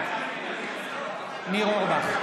בעד ניר אורבך,